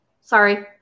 sorry